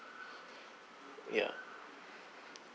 yeah